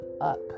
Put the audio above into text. up